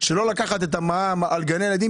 שלא לקחת את המע"מ על גני הילדים,